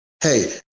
hey